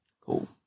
Cool